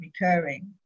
recurring